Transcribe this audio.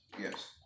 Yes